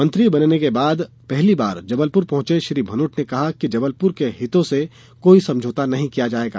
मंत्री बनने के बाद पहली बार जबलपुर पहुंचे श्री भनोट ने कहा कि जबलपुर के हितों से कोई समझौता नहीं किया जायेगा